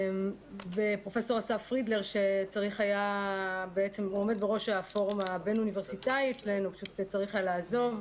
פרופסור אסף פרידלר שעומד בראש הפורום הבין-אוניברסיטאי היה צריך לעזוב.